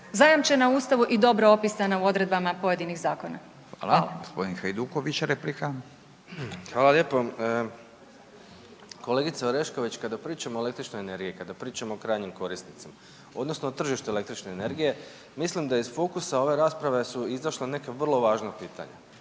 Hajduković, replika. **Hajduković, Domagoj (SDP)** Hvala lijepa. Kolegice Orešković, kada pričamo o električnoj energiji, kada pričamo o krajnjim korisnicima odnosno o tržištu električne energije mislim da iz fokusa ove rasprave su izašle neka vrlo važna pitanja,